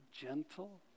gentle